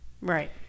Right